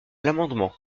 l’amendement